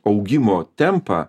augimo tempą